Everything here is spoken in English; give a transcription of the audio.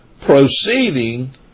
proceeding